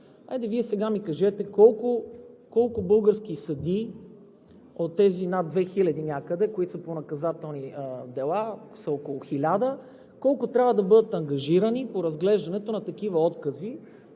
Хайде Вие сега ми кажете колко български съдии от тези някъде над 2000, които по наказателни дела са около 1000, трябва да бъдат ангажирани по разглеждането на такива откази